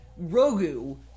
Rogu